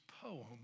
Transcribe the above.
poem